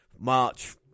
March